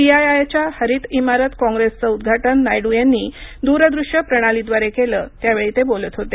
सीआयआयच्या हरित इमारत कॉंग्रेसचं उद्वाटन नायडू यांनी दूर दृश्य प्रणालीद्वारे केलं त्यावेळी ते बोलत होते